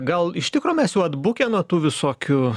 gal iš tikro mes jau atbukę nuo tų visokių